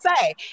say